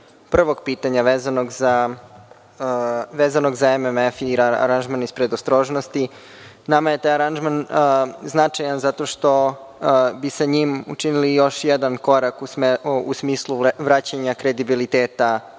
prvog pitanja, vezano za MMF i aranžman iz predostrožnosti, nama je taj aranžman značajan zato što bi sa njim učinili još jedan korak u smislu vraćanja kredibiliteta